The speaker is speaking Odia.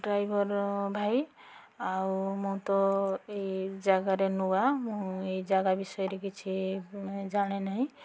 ଡ୍ରାଇଭର୍ ଭାଇ ଆଉ ମୁଁ ତ ଏଇ ଜାଗାରେ ନୂଆ ମୁଁ ଏଇ ଜାଗା ବିଷୟରେ କିଛି ଜାଣିନାହିଁ